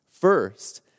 First